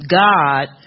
God